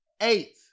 Eight